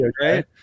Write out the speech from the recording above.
right